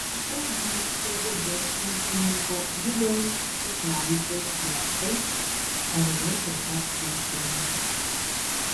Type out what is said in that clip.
iš pradžių kgb pulkininko juliaus česnavičiaus klerkai o vėliau ir pats viršininkas